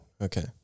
Okay